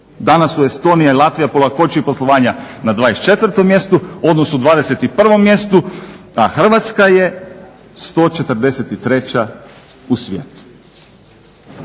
Danas su Estonija i Latvija po lakoći poslovanja na 24 mjestu, odnosno 21 mjestu, a Hrvatska je 143 u svijetu.